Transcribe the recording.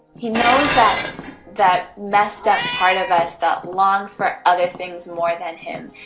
he knows that that messed up part of us that longs for other things more than him,